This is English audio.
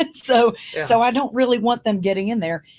but so so i don't really want them getting in there.